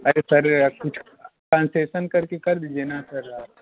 अरे सर कुछ कंसेशन कर के कर दीजिए ना सर आप